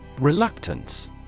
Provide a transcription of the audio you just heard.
Reluctance